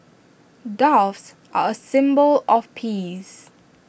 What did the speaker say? doves are A symbol of peace